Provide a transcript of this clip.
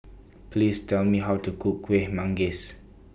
Please Tell Me How to Cook Kuih Manggis